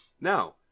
Now